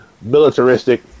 militaristic